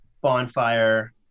bonfire